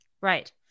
Right